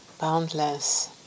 boundless